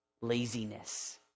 Laziness